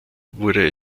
wurde